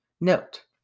Note